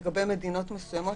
לגבי מדינות מסוימות